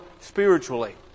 spiritually